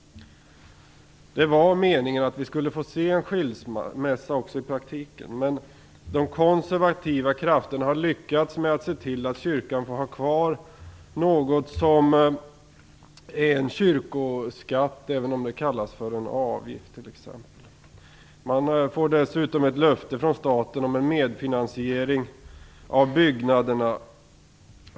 Det var meningen att vi skulle få se en skilsmässa också i praktiken, men de konservativa krafterna har lyckats med att se till exempelvis att kyrkan får ha kvar något som är en kyrkoskatt, även om det kallas en avgift. Man får dessutom ett löfte från staten om en medfinansiering av byggnaderna.